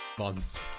months